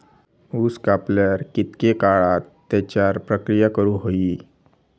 ऊस कापल्यार कितके काळात त्याच्यार प्रक्रिया करू होई?